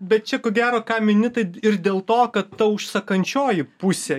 bet čia ko gero ką mini tai ir dėl to kad ta užsakančioji pusė